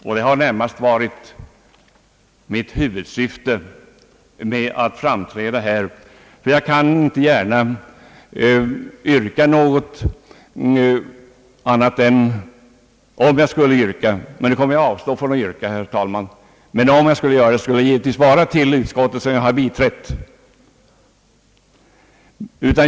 Att framföra denna åsikt har varit huvudsyftet med mitt framträdande här, ty om jag skulle yrka bifall till något — jag kommer att avstå från att ställa något yrkande — kan jag inte yrka bifall till annat än utskottets förslag som jag har biträtt.